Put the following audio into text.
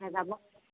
যাব